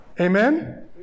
Amen